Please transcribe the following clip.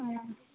ਹਾਂ